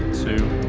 two,